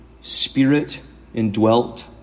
spirit-indwelt